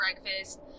breakfast